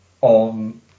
on